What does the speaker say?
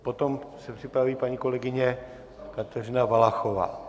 Potom se připraví paní kolegyně Kateřina Valachová.